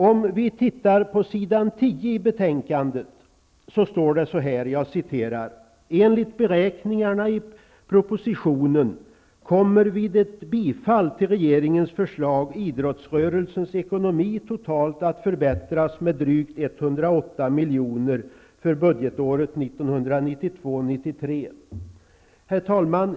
På s. 10 i betänkandet står det: ''Enligt beräkningarna i propositionen kommer vid ett bifall till regeringens föslag idrottsrörelsens ekonomi totalt att förbättras med drygt 108 milj.kr. för budgetåret 1992/93.''